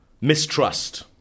Mistrust